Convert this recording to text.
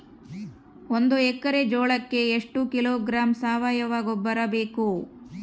ಒಂದು ಎಕ್ಕರೆ ಜೋಳಕ್ಕೆ ಎಷ್ಟು ಕಿಲೋಗ್ರಾಂ ಸಾವಯುವ ಗೊಬ್ಬರ ಬೇಕು?